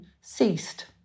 ceased